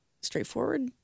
straightforward